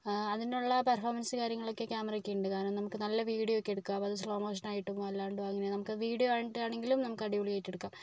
അതിന് ഉള്ള പെർഫോമൻസും കാര്യങ്ങൾ ഒക്കെ ക്യാമറക്ക് ഉണ്ട് കാരണം നമുക്ക് നല്ല വിഡിയോ ഒക്കെ എടുക്കാൻ സ്ലോ മോഷൻ ആയിട്ട് അല്ലാണ്ടും അങ്ങനത്തെ വിഡിയോ ആയിട്ട് ആണെങ്കിലും നമുക്ക് അടിപൊളി ആയിട്ട് എടുക്കാം